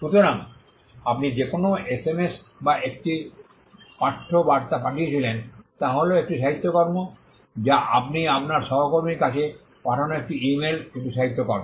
সুতরাং আপনি যে কোনও এসএমএস বা একটি পাঠ্য বার্তা পাঠিয়েছিলেন তা হল একটি সাহিত্যকর্ম যা আপনি আপনার সহকর্মীর কাছে পাঠানো একটি ইমেল একটি সাহিত্যকর্ম